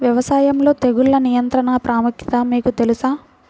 వ్యవసాయంలో తెగుళ్ల నియంత్రణ ప్రాముఖ్యత మీకు తెలుసా?